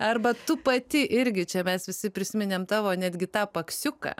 arba tu pati irgi čia mes visi prisiminėm tavo netgi tą paksiuką